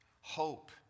Hope